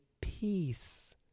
peace